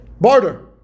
barter